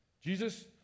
Jesus